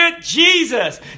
Jesus